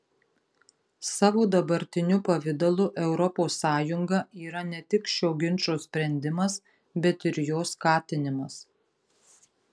savo dabartiniu pavidalu europos sąjunga yra ne tik šio ginčo sprendimas bet ir jo skatinimas